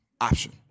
option